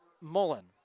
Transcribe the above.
Mullen